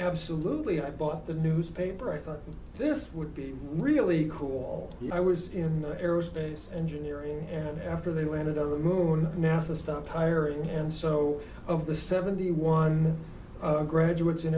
absolutely i bought the newspaper i thought this would be really cool i was in the aerospace engineering and after they landed on the moon nasa stopped hiring and so of the seventy one graduates in